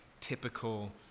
typical